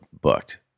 booked